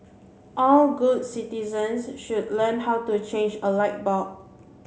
all good citizens should learn how to change a light bulb